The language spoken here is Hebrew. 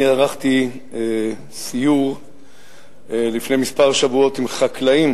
אני ערכתי סיור לפני כמה שבועות עם חקלאים